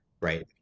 right